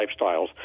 lifestyles